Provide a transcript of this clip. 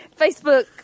Facebook